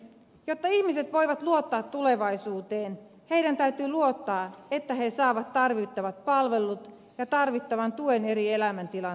jotta ihmiset voivat luottaa tulevaisuuteen heidän täytyy luottaa että he saavat tarvittavat palvelut ja tarvittavan tuen eri elämäntilanteisiin